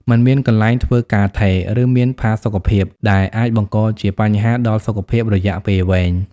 មិនមានកន្លែងធ្វើការថេរ ឬមានផាសុកភាព ដែលអាចបង្កជាបញ្ហាដល់សុខភាពរយៈពេលវែង ។